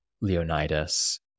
Leonidas